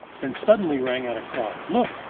then suddenly rang out a cry look!